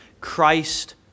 Christ